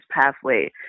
pathway